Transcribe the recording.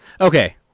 Okay